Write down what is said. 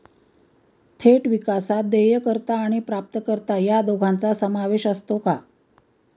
थेट विकासात देयकर्ता आणि प्राप्तकर्ता या दोघांचा समावेश असतो का?